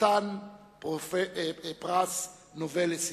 חתן פרס נובל לספרות: